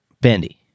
Bendy